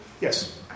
Yes